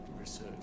research